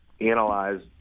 analyze